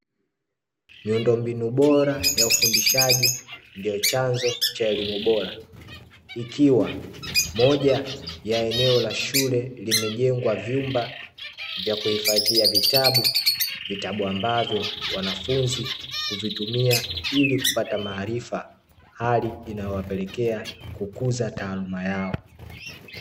Miundombinu bora ya ufundishaji ndio chanzo cha elimu bora ikiwa moja ya eneo la shule limejengwa vyumba vya kuhifadhia vitabu, vitabu ambavyo wanafunzi huvitumia ili kupata maarifa hali inayowapelekea kukuza taaluma yao.